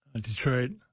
Detroit